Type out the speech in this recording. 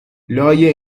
لای